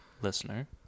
listener